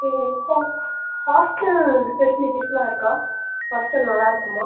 hostel ஃபெசிலிட்டிஸ்லாம் இருக்கா hostel நல்லா இருக்குமா